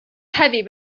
heavy